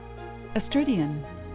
Astridian